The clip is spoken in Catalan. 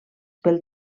pel